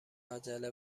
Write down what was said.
عجله